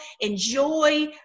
enjoy